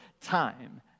time